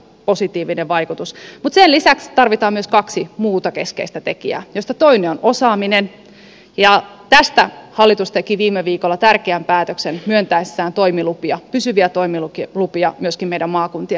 mutta sen lisäksi tarvitaan myös kaksi muuta keskeistä tekijää joista toinen on osaaminen ja tästä hallitus teki viime viikolla tärkeän päätöksen myöntäessään pysyviä toimilupia myöskin meidän maakuntien ammattikorkeakouluille